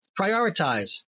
prioritize